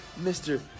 Mr